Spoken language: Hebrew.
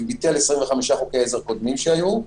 זה ביטל 25 חוקי עזר קודמים שהיו.